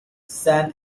san